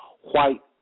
White